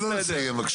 תן לו לסיים בבקשה.